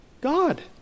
God